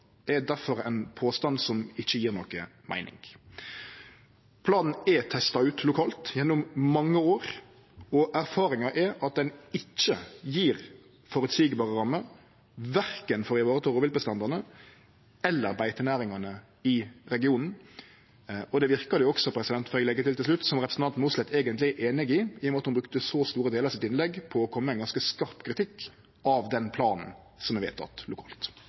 gjennom mange år, og erfaringa er at han ikkje gjev føreseielege rammer for å vareta verken rovviltbestandane eller beitenæringane i regionen. Og det verkar det som – får eg leggje til til slutt – representanten Mossleth eigentleg er einig i, i og med at ho brukte så store delar av innlegget sitt på å kome med ein ganske skarp kritikk av den planen som er vedteken lokalt.